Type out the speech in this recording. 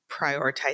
prioritize